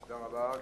תודה רבה.